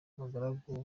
abagaragu